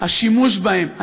השימוש בהם,